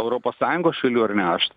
europos sąjungos šalių ar ne aš